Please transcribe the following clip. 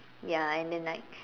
ya and than like